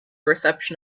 reception